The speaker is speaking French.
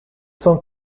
cent